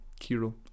Kiro